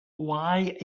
why